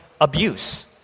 abuse